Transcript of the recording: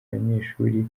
abanyeshuri